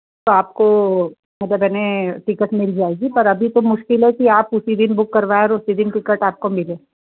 तो आपको मतलब टिकट मिल जाएगी पर अभी तो मुश्किल है कि आप उसी दिन बुक करवाए और उसी दिन टिकट आपको मिले